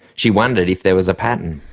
she wondered if there was a pattern.